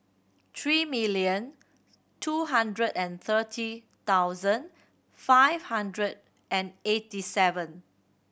three million two hundred and thirty thousand five hundred and eighty seven